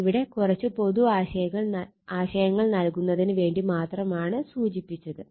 ഇവിടെ കുറച്ച് പൊതു ആശയങ്ങൾ നൽകുന്നതിന് വേണ്ടി മാത്രമാണ് സൂചിപ്പിച്ചത്